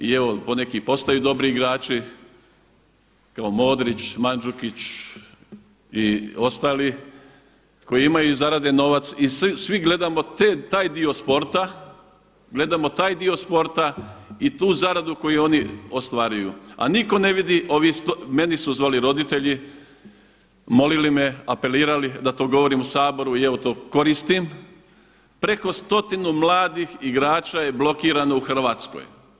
I evo poneki i postaju dobri igrači, kao Modrić, Mandžukić i ostali, koji imaju i zarade novac i svi gledamo taj dio sporta, gledamo taj dio sporta i tu zaradu koju oni ostvaruju a nitko ne vidi, ovih, mene su zvali roditelji, molili me, apelirali da to govorim u Saboru i evo to koristim, preko stotinu mladih igrača je blokirano u Hrvatskoj.